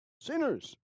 Sinners